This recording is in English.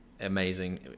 amazing